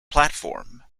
platform